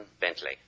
Bentley